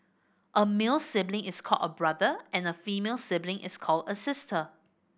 a male sibling is called a brother and a female sibling is called a sister